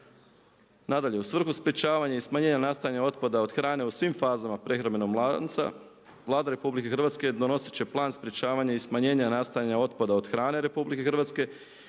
Nadalje, u svrhu sprječavanja i smanjenja nastajanja otpada od hrane u svim fazama prehrambenog lanca Vlada RH donositi će plan sprječavanja i smanjenja nastajanja otpada od hrane RH koji se